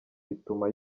bituma